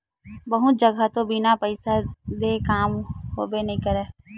बहुत जघा तो बिन पइसा देय काम होबे नइ करय